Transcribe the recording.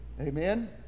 Amen